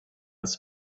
its